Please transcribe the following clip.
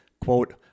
quote